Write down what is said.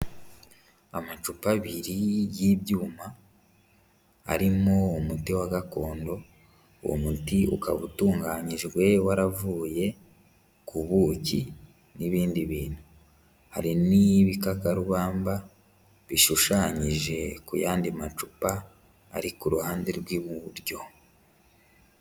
Amacupa abiri y'ibyuma arimo umuti wa gakondo, uwo umuti ukaba utunganyijwe waravuye ku buki n'ibindi bintu, hari n'ibikakarubamba bishushanyije ku yandi macupa ari ku ruhande rw'iburyo.